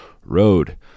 Road